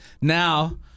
now